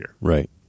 Right